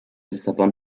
lissabon